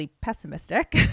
pessimistic